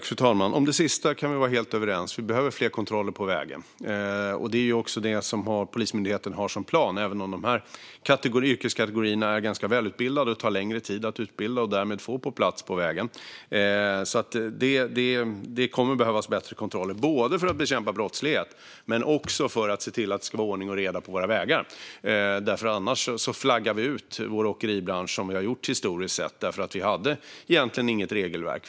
Fru talman! Om det sista kan vi vara helt överens. Vi behöver fler kontroller ute på vägarna. Det är detta som Polismyndigheten har som plan. Dessa yrkeskategorier är ganska välutbildade och tar längre tid att utbilda, och därmed tar det längre tid att få dem på plats ute på vägarna. Det kommer att behövas bättre kontroller både för att bekämpa brottslighet och för att se till att det är ordning och reda på våra vägar. Annars flaggar vi ju ut vår åkeribransch, så som vi har gjort historiskt sett då vi egentligen inte hade något regelverk.